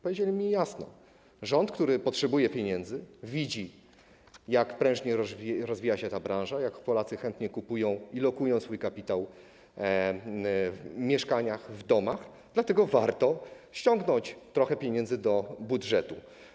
Powiedzieli mi jasno: rząd, który potrzebuje pieniędzy, widzi, jak prężnie rozwija się ta branża, jak Polacy chętnie kupują i lokują swój kapitał w mieszkaniach, w domach, dochodzi do wniosku, że warto ściągnąć trochę pieniędzy do budżetu.